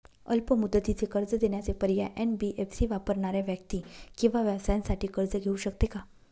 अल्प मुदतीचे कर्ज देण्याचे पर्याय, एन.बी.एफ.सी वापरणाऱ्या व्यक्ती किंवा व्यवसायांसाठी कर्ज घेऊ शकते का?